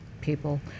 people